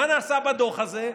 מה נעשה בדוח הזה?